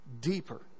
deeper